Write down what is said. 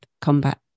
combat